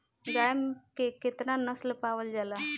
गाय के केतना नस्ल पावल जाला?